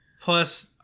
plus